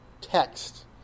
text